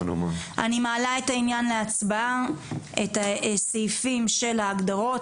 אני מעלה את הסעיפים של ההגדרות להצבעה.